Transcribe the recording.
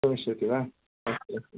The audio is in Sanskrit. गमिष्यति वा अस्तु अस्तु